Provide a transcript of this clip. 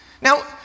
Now